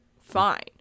fine